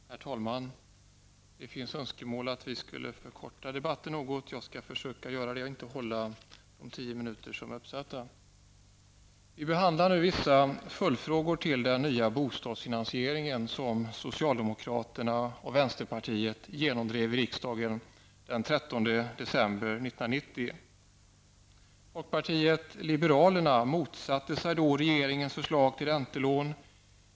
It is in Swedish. Herr talman! Det har framförts önskemål om att vi skall försöka förkorta debatterna. Jag skall försöka göra det och inte utnyttja de tio minuter som jag har anmält mig för. Vi behandlar nu vissa följdfrågor till den nya bostadsfinansiering som socialdemokraterna och vänsterpartiet genomdrev i riksdagen den 13 Folkpartiet liberalerna motsatte sig då regeringens förslag till räntelån.